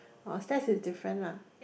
oh Stats is different lah